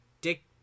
Dick